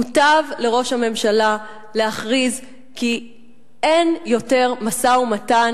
מוטב לראש הממשלה להכריז כי אין יותר משא-ומתן